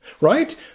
right